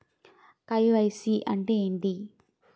KYC అంటే ఏంటి?